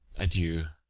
adieu!